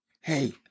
hey